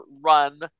run